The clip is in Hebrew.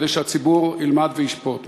כדי שהציבור ילמד וישפוט.